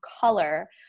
color